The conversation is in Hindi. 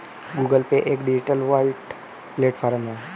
गूगल पे एक डिजिटल वॉलेट प्लेटफॉर्म है